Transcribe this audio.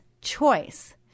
choice